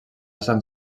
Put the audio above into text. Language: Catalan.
sant